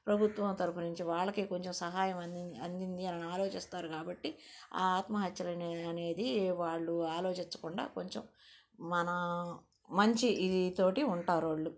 ప్రభుత్వం తరపు నుంచి వాళ్ళకి కొంచెం సహాయం అందింది అందింది అని ఆలోచిస్తారు కాబట్టి ఆ ఆత్మహత్యలు అనే అనేది వాళ్ళు ఆలోచించకుండా కొంచెం మన మంచి ఇదితో ఉంటారు వాళ్ళు